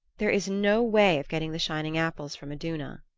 there is no way of getting the shining apples from iduna.